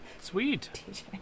Sweet